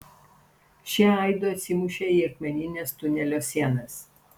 šie aidu atsimušė į akmenines tunelio sienas